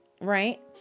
right